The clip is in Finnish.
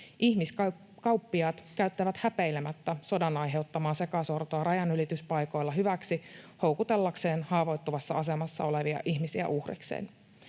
Ihmiskauppiaat käyttävät häpeilemättä sodan aiheuttamaa sekasortoa rajanylityspaikoilla hyväksi houkutellakseen haavoittuvassa asemassa olevia ihmisiä uhreikseen.